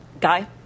Guy